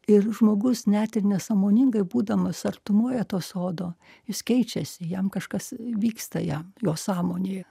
ir žmogus net ir nesąmoningai būdamas artumoje to sodo jis keičiasi jam kažkas vyksta jam jo sąmonėje